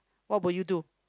what would you do